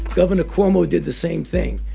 governor cuomo did the same thing.